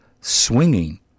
swinging